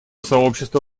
сообщество